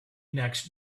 next